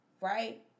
right